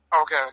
Okay